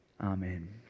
Amen